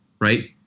Right